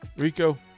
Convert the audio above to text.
Rico